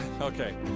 Okay